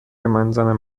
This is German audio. gemeinsame